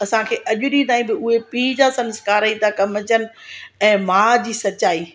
असांखे अॼ ॾींहं ताईं बि उहे पीउ जा संस्कार ई था कम अचनि ऐं मां जी सचाई